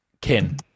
kin